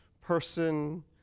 person